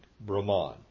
Brahman